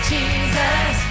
Jesus